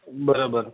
બરોબર